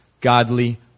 godly